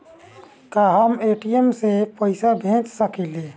का हम ए.टी.एम से पइसा भेज सकी ले?